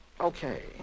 okay